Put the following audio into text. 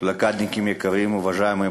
בלוקדניקים יקרים (אומר דברים בשפה הרוסית,